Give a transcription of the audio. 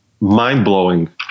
mind-blowing